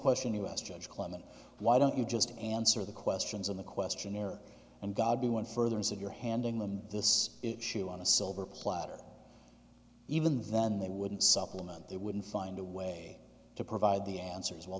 question us judge clement why don't you just answer the questions on the questionnaire and gobby went further and said you're handing them this issue on a silver platter even then they wouldn't supplement they wouldn't find a way to provide the answers while